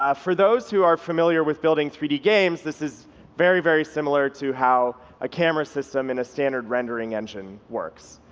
ah for those who are familiar with building three d games, this is very, very similar to how a camera system in a standard rendering engine works.